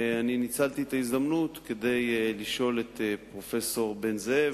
ניצלתי את ההזדמנות כדי לשאול את פרופסור בן-זאב,